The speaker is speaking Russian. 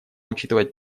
учитывать